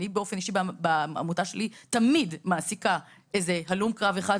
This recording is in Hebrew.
אני באופן אישי בעמותה שלי תמיד מעסיקה איזה הלום קרב אחד,